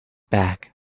back